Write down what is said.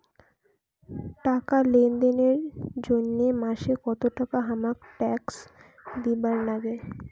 টাকা লেনদেন এর জইন্যে মাসে কত টাকা হামাক ট্যাক্স দিবার নাগে?